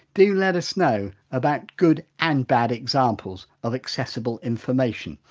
do let us know about good and bad examples of accessible information.